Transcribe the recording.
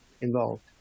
involved